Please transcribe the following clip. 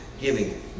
Giving